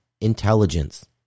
intelligence